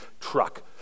truck